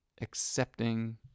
accepting